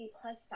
plus